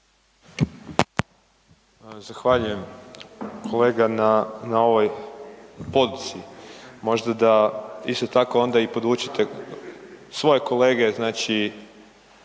Zahvaljujem kolega na ovoj poduci. Možda da isto tako možda i podučite svoje kolege znači